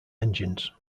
engines